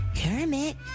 Kermit